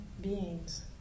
beings